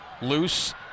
loose